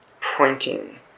pointing